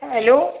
hello